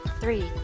three